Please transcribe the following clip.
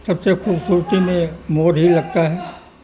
سب سے خوبصورتی میں مور ہی لگتا ہے